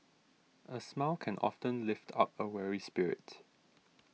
a smile can often lift up a weary spirit